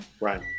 Right